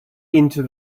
into